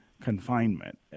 confinement